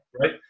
Right